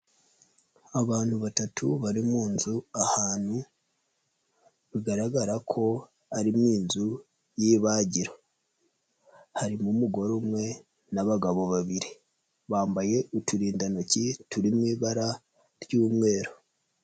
Abantu batatu bari mu nzu ahantu bigaragara ko ari m inzu y'ibagiro, harimo umugore umwe n'abagabo babiri, bambaye uturindantoki turimu ibara ry'umweru.